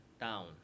down